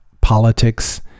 politics